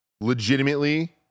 Legitimately